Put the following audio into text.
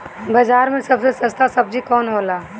बाजार मे सबसे सस्ता सबजी कौन होला?